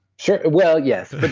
sure. well, yes,